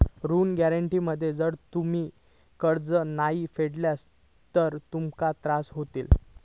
ऋण गॅरेंटी मध्ये जर तुम्ही कर्ज नाय फेडलास तर तुमका त्रास होतलो